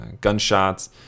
gunshots